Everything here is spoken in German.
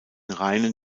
reinen